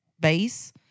base